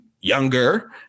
younger